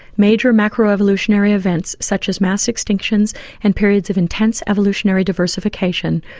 major macroevolutionary events, such as mass extinctions and periods of intense evolutionary diversification,